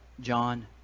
John